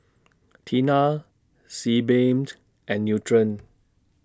Tena Sebamed and Nutren